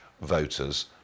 voters